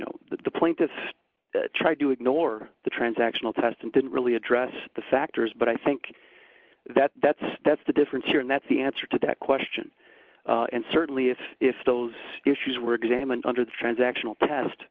know the plaintiffs tried to ignore the transactional test and didn't really address the factors but i think that that's that's the difference here and that's the answer to that question and certainly if if those issues were examined under the transactional test